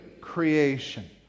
creation